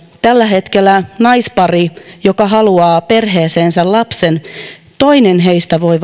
tällä hetkellä naisparista joka haluaa perheeseensä lapsen vain toinen voi